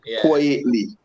Quietly